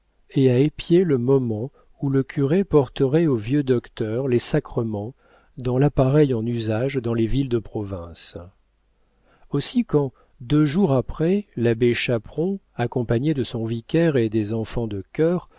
et à épier le moment où le curé porterait au vieux docteur les sacrements dans l'appareil en usage dans les villes de province aussi quand deux jours après l'abbé chaperon accompagné de son vicaire et des enfants de chœur